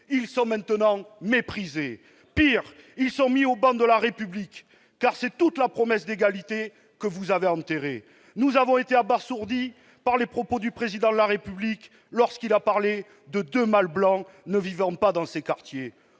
Ils sont maintenant méprisés. Pis, ils sont mis au ban de la République, car c'est toute la promesse d'égalité que vous avez enterrée. Nous avons été abasourdis par les propos du Président de la République, lorsqu'il a parlé de « deux mâles blancs ne vivant pas dans ces quartiers